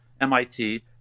MIT